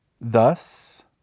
Thus